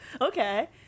Okay